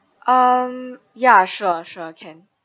um ya sure sure can